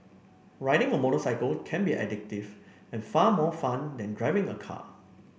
riding a motorcycle can be addictive and far more fun than driving a car